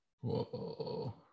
Whoa